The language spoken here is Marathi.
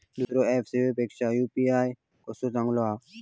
दुसरो ऍप सेवेपेक्षा यू.पी.आय कसो चांगलो हा?